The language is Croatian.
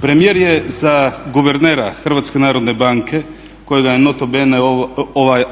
Premijer je za guvernera Hrvatske narodne banke kojega je noto bene